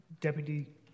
Deputy